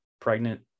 pregnant